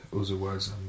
otherwise